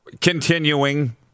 Continuing